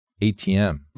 ATM